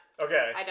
Okay